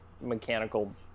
mechanical